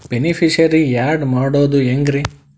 Beneficiary, add ಮಾಡೋದು ಹೆಂಗ್ರಿ?